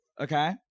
Okay